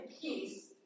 peace